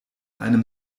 einem